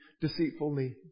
Deceitfully